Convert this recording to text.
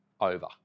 over